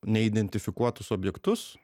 neidentifikuotus objektus